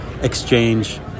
exchange